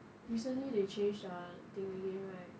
recently they change err they really right